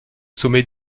sommet